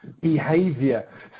behavior